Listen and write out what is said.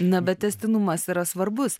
na bet tęstinumas yra svarbus